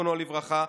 זיכרונו לברכה,